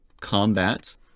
combat